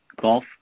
golf